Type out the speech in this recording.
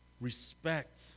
Respect